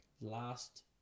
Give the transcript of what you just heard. last